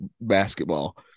basketball